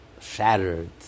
shattered